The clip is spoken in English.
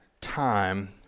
time